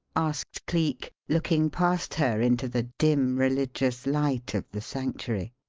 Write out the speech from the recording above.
asked cleek, looking past her into the dim religious light of the sanctuary.